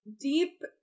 deep